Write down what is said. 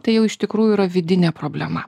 tai jau iš tikrųjų yra vidinė problema